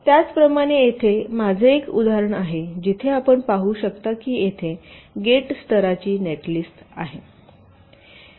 त्याच प्रमाणे येथे माझे एक उदाहरण आहे जिथे आपण पाहू शकता की येथे गेट स्तराची नेटलिस्ट आहे